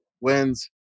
wins